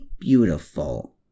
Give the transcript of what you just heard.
beautiful